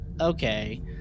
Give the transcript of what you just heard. okay